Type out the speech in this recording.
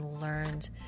learned